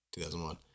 2001